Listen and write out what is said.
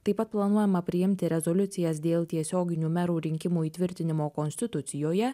taip pat planuojama priimti rezoliucijas dėl tiesioginių merų rinkimų įtvirtinimo konstitucijoje